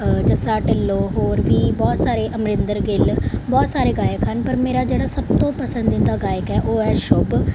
ਜੱਸਾ ਢਿੱਲੋਂ ਹੋਰ ਵੀ ਬਹੁਤ ਸਾਰੇ ਅਮਰਿੰਦਰ ਗਿੱਲ ਬਹੁਤ ਸਾਰੇ ਗਾਇਕ ਹਨ ਪਰ ਮੇਰਾ ਜਿਹੜਾ ਸਭ ਤੋਂ ਪਸੰਦੀਦਾ ਗਾਇਕ ਹੈ ਉਹ ਹੈ ਸ਼ੁਭ